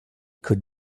could